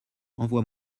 envoie